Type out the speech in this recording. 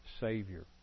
Savior